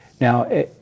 Now